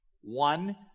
One